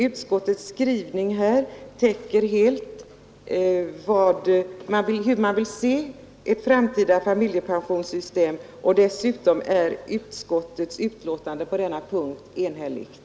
Utskottets skrivning här täcker helt hur man vill se ett framtida familjepensionssystem, och utskottets betänkande är på denna punkt enhälligt.